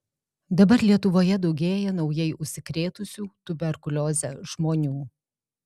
dabar lietuvoje daugėja naujai užsikrėtusių tuberkulioze žmonių